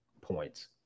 points